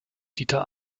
dieter